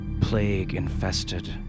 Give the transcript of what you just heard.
Plague-infested